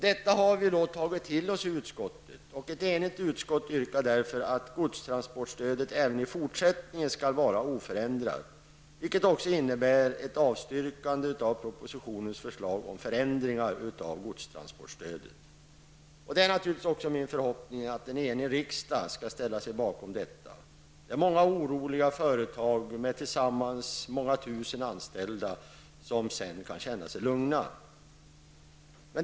Detta har vi då tagit till oss i utskottet, och ett enigt utskott föreslår därför att godstransportstödet även i fortsättningen skall vara oförändrat, vilket också innebär ett avstyrkande av propositionens förslag om förändringar av godstransportstödet. Det är naturligtvis min förhoppning att också en enig riksdag skall ställa sig bakom detta utskottets förslag. Därefter skulle man i många företag med tillsammans flera tusen anställda där man nu är orolig kunna känna sig lugn.